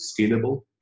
scalable